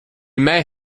may